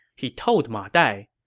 he told ma dai,